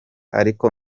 ariko